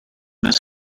miss